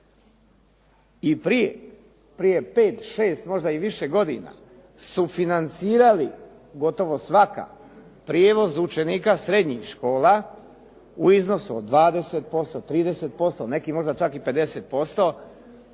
i prije pet, šest možda i više godina sufinancirali gotovo svaka prijevoz učenika srednjih škola u iznosu od 20%, 30%, neki možda čak i 50%